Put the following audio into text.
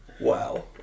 Wow